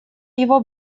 его